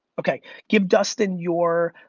okay, give dustin your